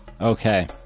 Okay